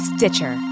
Stitcher